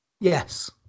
Yes